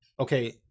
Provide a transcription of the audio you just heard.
Okay